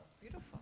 beautiful